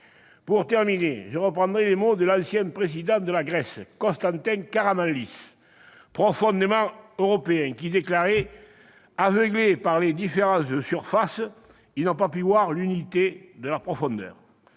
pour terminer, je reprendrai les mots de l'ancien président de la Grèce, Constantin Caramanlis, profondément européen :« Aveuglés par les différences de surface, ils n'ont pas su voir l'unité de la profondeur ».